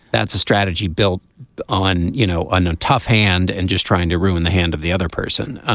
that's a strategy built on you know and tough hand and just trying to ruin the hand of the other person.